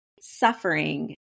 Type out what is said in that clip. suffering